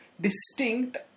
distinct